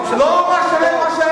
לא מה שהם,